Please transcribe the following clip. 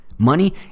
Money